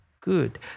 good